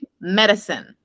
medicine